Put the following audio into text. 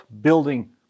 building